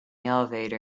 elevator